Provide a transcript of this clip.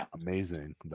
amazing